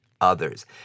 others